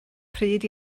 pryd